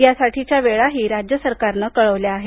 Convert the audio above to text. यासाठीच्या वेळाही राज्य सरकारनं कळवल्या आहेत